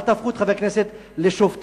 אל תהפכו את חברי הכנסת לשופטים,